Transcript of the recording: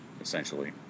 essentially